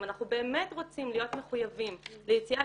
אם אנחנו באמת רוצים להיות מחויבים ליציאה